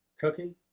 cooking